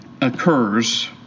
occurs